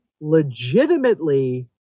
legitimately